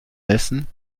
essen